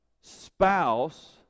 spouse